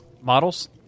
models